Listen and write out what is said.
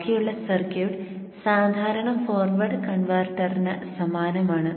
ബാക്കിയുള്ള സർക്യൂട്ട് സാധാരണ ഫോർവേഡ് കൺവെർട്ടറിന് സമാനമാണ്